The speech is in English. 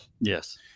Yes